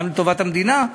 גם לטובת המדינה,